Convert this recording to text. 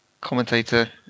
commentator